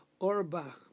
Orbach